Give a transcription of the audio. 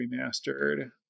remastered